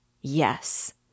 Yes